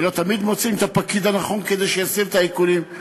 ולא תמיד מוצאים את הפקיד הנכון כדי שיסיר את העיקולים.